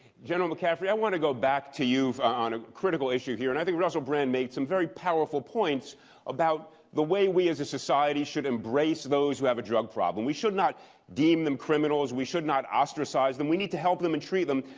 general mccaffrey, i want to go back to you on a critical issue here. and i think russell brand made some very powerful points about the way we, as a society, should embrace those who have a drug problem. we should not deem them criminals, we should not ostracize them, we need to help them and treat them.